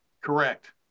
Correct